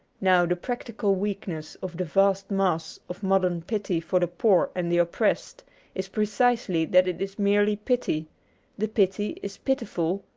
now, the practical weakness of the vast mass of modern pity for the poor and the oppressed is precisely that it is merely pity the pity is pitiful,